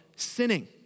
sinning